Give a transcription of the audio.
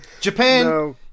Japan